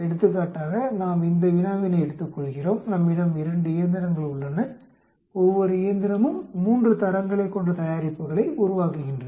எடுத்துக்காட்டாக நாம் இந்த வினாவினை எடுத்துக்கொள்கிறோம் நம்மிடம் 2 இயந்திரங்கள் உள்ளன ஒவ்வொரு இயந்திரமும் 3 தரங்களைக் கொண்ட தயாரிப்புகளை உருவாக்குகின்றன